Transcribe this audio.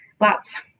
lots